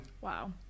Wow